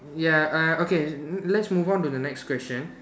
ya err okay let's move on to the next question